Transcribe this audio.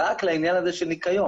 רק לעניין הזה של ניקיון.